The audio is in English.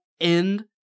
end